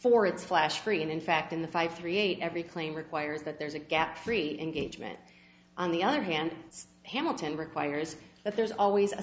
for its flash free and in fact in the five three eight every claim requires that there's a gap free engagement on the other hand hamilton requires that there's always a